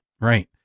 right